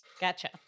Gotcha